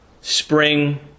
spring